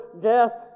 death